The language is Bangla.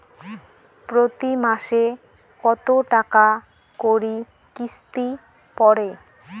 প্রতি মাসে কতো টাকা করি কিস্তি পরে?